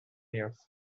years